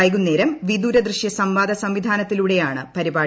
വൈകുന്നേരം വിദൂര ദൃശ്യ സംവാദ സംവിധാനത്തിലൂടെയാണ് പരിപാടി